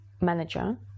manager